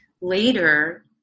later